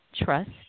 trust